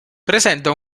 presenta